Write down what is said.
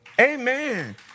Amen